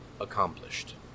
accomplished